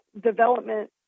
development